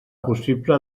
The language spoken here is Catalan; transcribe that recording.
possible